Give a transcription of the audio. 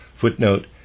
Footnote